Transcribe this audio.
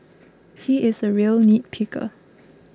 he is a real nitpicker